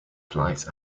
flights